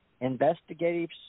investigative